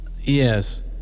Yes